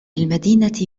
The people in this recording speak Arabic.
المدينة